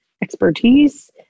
expertise